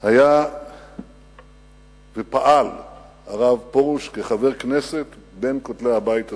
היה ופעל הרב פרוש כחבר כנסת בין כותלי הבית הזה,